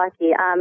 lucky